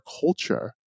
culture